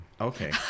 Okay